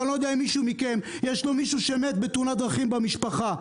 אני לא יודע אם למישהו מכם יש מישהו שמת מתאונת דרכים במשפחה.